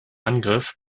angriff